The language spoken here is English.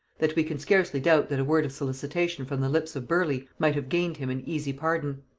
that we can scarcely doubt that a word of solicitation from the lips of burleigh might have gained him an easy pardon.